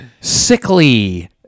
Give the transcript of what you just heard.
sickly